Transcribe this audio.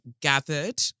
gathered